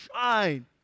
shine